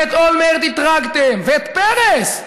ואת אולמרט אתרגתם, ואת פרס.